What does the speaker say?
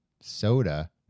soda